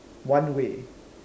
one way